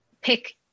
pick